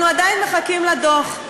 אנחנו עדיין מחכים לדוח.